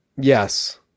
Yes